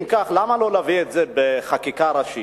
אם כך, למה לא להביא את זה בחקיקה ראשית